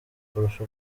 kurusha